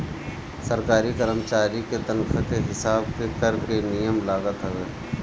सरकारी करमचारी के तनखा के हिसाब के कर के नियम लागत हवे